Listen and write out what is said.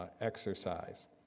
exercise